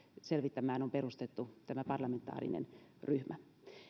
selvittämään on perustettu tämä parlamentaarinen ryhmä